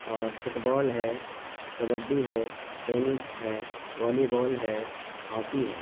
اور football ہے کبڈی ہے ٹینس ہے والی بال ہے ہاکی ہے